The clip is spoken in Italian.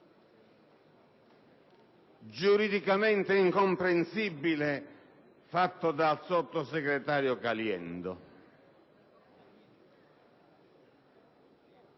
giuridicamente incomprensibile fatto dal sottosegretario Caliendo.